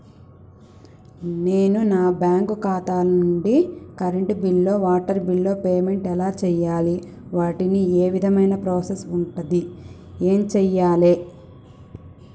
నేను నా బ్యాంకు ఖాతా నుంచి కరెంట్ బిల్లో వాటర్ బిల్లో పేమెంట్ ఎలా చేయాలి? వాటికి ఏ విధమైన ప్రాసెస్ ఉంటది? ఎలా చేయాలే?